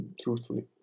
truthfully